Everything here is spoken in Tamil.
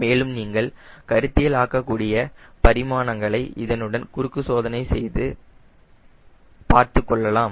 மேலும் நீங்கள் கருத்தியல் ஆக்கக்கூடிய பரிமாணங்களை இதனுடன் குறுக்கு சோதனை செய்து பார்த்துக் கொள்ளலாம்